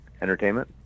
entertainment